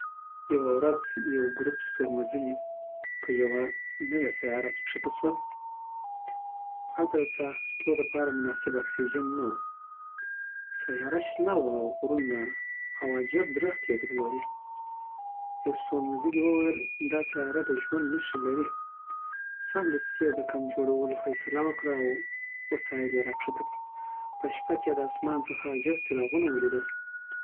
یوه ورځ یو ګروپ ستورمزلي په یوه نوی سیاره کې کښته سول. هلته د سا اخستو د پاره مناسب اکسیجن نه وو. سیاره شنه وه، غرونه او عجبه درختی ېې درلودې. یوه ستورمزلي وویل، دا سیاره د ژوند نښې لري. سمدستی یی د کمپ جوړولو فیصله وکړه او وسایل یې را کښته کړل. په شپه کې ېې د آسمان څخه عجب څراغونه ولیدل.